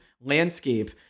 landscape